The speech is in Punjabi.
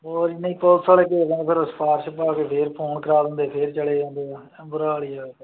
ਹੋਰ ਨਹੀਂ ਪੁਲਿਸ ਵਾਲੇ ਦੇ ਫਿਰ ਸਪਾਰਸ਼ ਪਾ ਕੇ ਫੇਰ ਫੋਨ ਕਰਵਾ ਦਿੰਦੇ ਫਿਰ ਚਲੇ ਜਾਂਦੇ ਆ ਬੁਰਾ ਹਾਲ ਹੀ ਆ